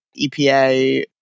EPA